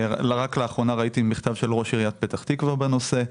רק לאחרונה ראיתי מכתב של ראש עיריית פתח תקווה בנושא.